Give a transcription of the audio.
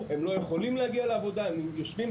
לא רואות בתפקיד הזה אופק שאיתו הן ירוצו כל החיים,